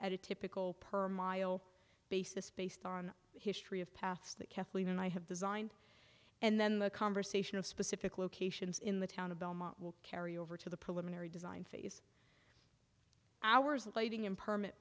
at a typical per mile basis based on history of paths that kathleen and i have designed and then the conversation of specific locations in the town of belmont will carry over to the preliminary design phase hours and lighting and permit